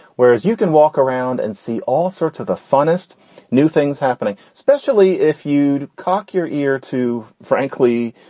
whereas you can walk around and see all sorts of the funnest new things happening, especially if you'd cock your ear to, frankly,